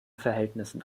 verhältnissen